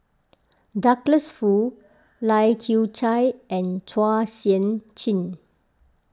Douglas Foo Lai Kew Chai and Chua Sian Chin